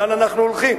לאן אנחנו הולכים?